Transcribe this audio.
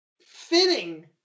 fitting